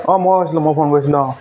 অঁ মই কৈছিলোঁ মই ফোন কৰিছিলোঁ অঁ